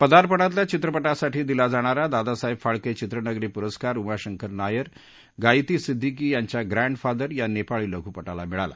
पदार्पणातल्या चित्रपटासाठी दिला जाणारा दादासाहेब फाळके चित्रनगरी पुरस्कार उमाशंकर नायर गात्री सिद्दीकी यांच्या ग्रॅन्डफादर या नेपाळी लघुपटाला मिळाला